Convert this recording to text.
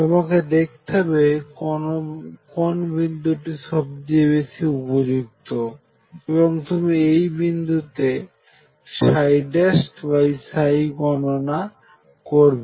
তোমাকে দেখতে হবে কোন বিন্দুটি সবচেয়ে বেশি উপযুক্ত এবং তুমি এই বিন্দুতে গণনা করবে